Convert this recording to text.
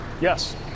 Yes